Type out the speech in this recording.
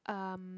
um